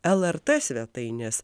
lrt svetainės